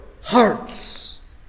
hearts